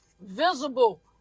visible